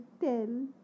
tell